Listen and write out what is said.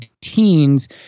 teens